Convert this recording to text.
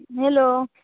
hello